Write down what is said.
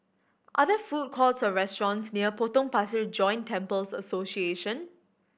are there food courts or restaurants near Potong Pasir Joint Temples Association